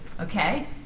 Okay